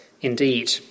indeed